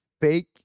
fake